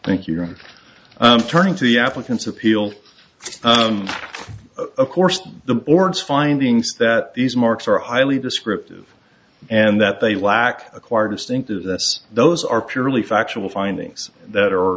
thank you and turning to the applicants appeal of course the board's findings that these marks are highly descriptive and that they lack acquired distinctive this those are purely factual findings that are